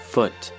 Foot